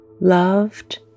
loved